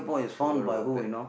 forgot about that